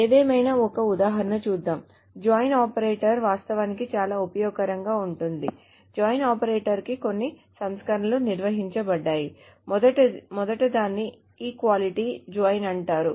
ఏదేమైనా ఒక ఉదాహరణ చూద్దాం జాయిన్ ఆపరేటర్ వాస్తవానికి చాలా ఉపయోగకరం గా ఉంటుంది జాయిన్ ఆపరేటర్కి కొన్ని సంస్కరణలు నిర్వచించ బడ్డాయి మొదటిదాన్ని ఈక్వాలిటీ జాయిన్ అంటారు